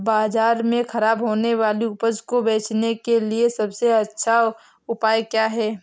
बाज़ार में खराब होने वाली उपज को बेचने के लिए सबसे अच्छा उपाय क्या हैं?